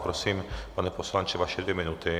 Prosím, pane poslanče, vaše dvě minuty.